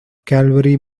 calvary